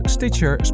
Stitcher